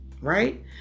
Right